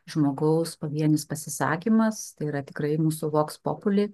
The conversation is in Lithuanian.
žmogaus pavienis pasisakymas tai yra tikrai mūsų voks populi